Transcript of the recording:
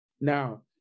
Now